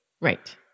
Right